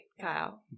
Kyle